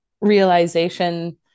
realization